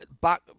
back